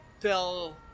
tell